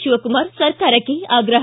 ಶಿವಕುಮಾರ್ ಸರ್ಕಾರಕ್ಕೆ ಆಗ್ರಹ